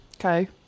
Okay